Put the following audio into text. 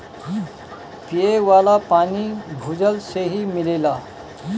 पिये वाला पानी भूजल से ही मिलेला